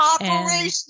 Operation